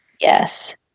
Yes